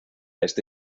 este